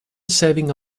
saving